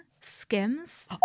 skims